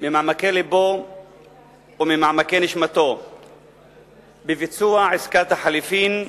ממעמקי לבו וממעמקי נשמתו בביצוע עסקת החליפין,